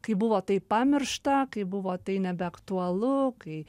kai buvo tai pamiršta kaip buvo tai nebeaktualu kai